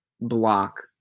Block